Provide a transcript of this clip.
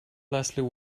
leslie